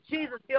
Jesus